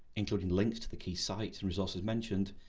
including links to the key sites and resources mentioned,